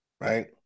right